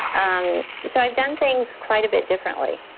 um so, i've done things quite a bit differently